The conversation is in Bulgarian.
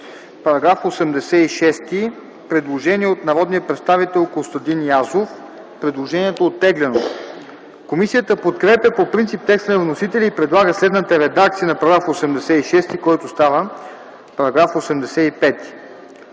По § 86 – предложение от народния представител Костадин Язов – предложението е оттеглено. Комисията подкрепя по принцип текста на вносителя и предлага следната редакция на § 86, който става § 85: „§ 85.